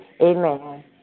Amen